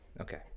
Okay